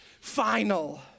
final